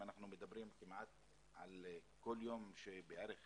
אם אנחנו מדברים על כול יום שבו בערך